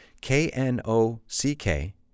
K-N-O-C-K